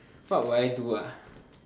what would I do